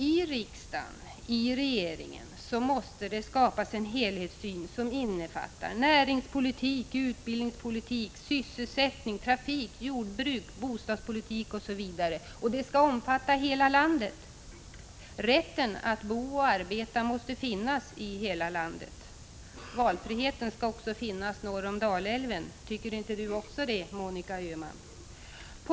I riksdagen och i regeringen måste det skapas en helhetssyn som innefattar näringspolitik, utbildningspolitik, sysselsättningspolitik, trafikpolitik, jordbrukspolitik, bostadspolitik, osv., och denna helhetssyn skall omfatta hela landet. Rätten att bo och arbeta måste finnas i hela landet. Valfriheten skall också finnas norr om Dalälven. Tycker inte Monica Öhman det?